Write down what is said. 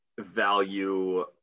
value